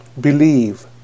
Believe